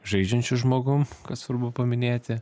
žaidžiančiu žmogum ką svarbu paminėti